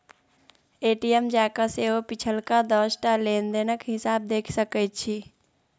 ATM जाकए सेहो पिछलका दस टा लेन देनक हिसाब देखि सकैत छी